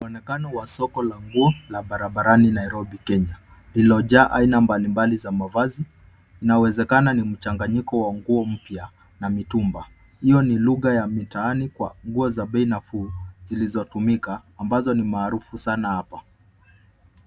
Mwonekano wa soko la nguo, la barabarani Nairobi Kenya, lililojaa aina mbalimbali za mavazi, inawezekana ni mchanganyiko wa nguo mpya, na mitumba . Hiyo ni lugha ya mitaani kwa nguo za bei nafuu, zilizotumika, ambazo ni maarufu sana hapa.